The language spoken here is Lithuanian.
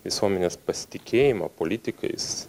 visuomenės pasitikėjimą politikais